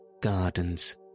gardens